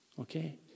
okay